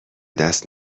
دست